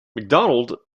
macdonald